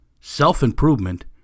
self-improvement